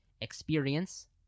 experience